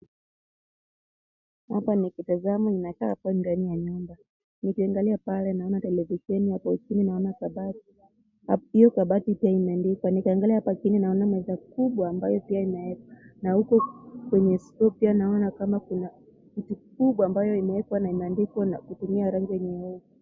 Hapa nikitazama inaka ndani ya nyumba. nikiangalia pale naona televisheni